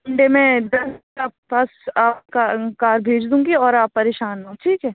Monday میں دس بجے تک آپ کے پاس کار بھیج دوں گی اور آپ پریشان نہ ہوں ٹھیک ہے